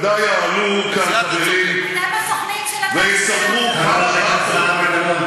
בוודאי יעלו כאן חברים ויספרו כמה רע פה,